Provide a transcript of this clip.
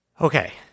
Okay